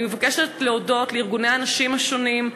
אני מבקשת להודות לארגוני הנשים השונים: